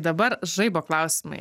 dabar žaibo klausimai